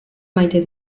maite